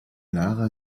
lara